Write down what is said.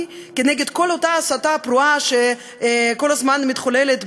כנגד כל אותה הסתה פרועה שכל הזמן מתחוללת,